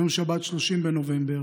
ביום שבת, 30 בנובמבר,